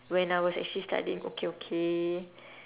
when I was actually studying okay okay